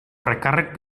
recàrrec